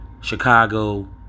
Chicago